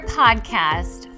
podcast